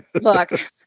Look